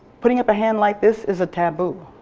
putting up a hand like this is a taboo.